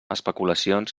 especulacions